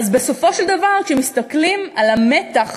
אז בסופו של דבר, כשמסתכלים על המתח